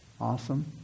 Awesome